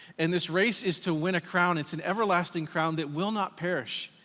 and this race is to win a crown. it's an everlasting crown that will not perish.